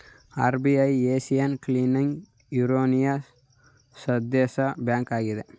RBI Asian clearing ಯೂನಿಯನ್ನ ಸದಸ್ಯ bank ಆಗಿದೆ